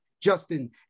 Justin